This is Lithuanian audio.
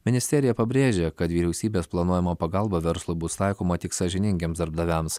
ministerija pabrėžė kad vyriausybės planuojama pagalba verslui bus taikoma tik sąžiningiems darbdaviams